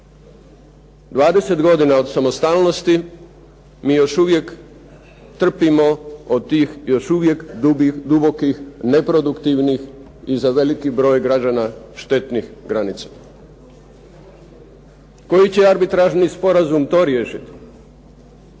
20 godina od samostalnosti mi još trpimo od tih još uvijek dubokih neproduktivnih i za veliki broj građana štetnih granica. Koji će arbitražni sporazum to riješiti?